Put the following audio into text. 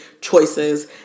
choices